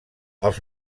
els